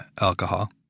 Alcohol